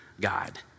God